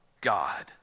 god